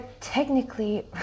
technically